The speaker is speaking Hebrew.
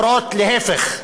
אומרים להפך,